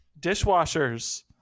dishwashers